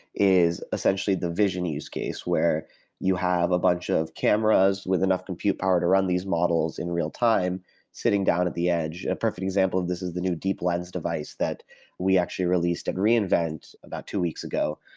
is essentially the vision use case where you have a bunch of cameras with enough compute power to run these models in real-time sitting down at the edge. a perfect example of this is the new deep lens device that we actually released at reinvent about two weeks ago.